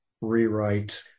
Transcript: rewrite